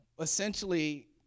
essentially